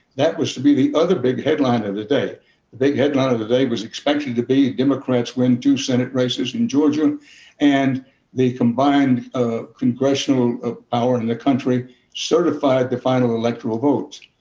that was to be the other big headline of the day. the big headline of the day was expected to be democrats win two senate races in georgia and the combined congressional power in the country certifying the final electoral votes.